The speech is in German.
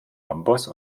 amboss